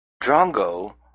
Drongo